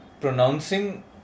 pronouncing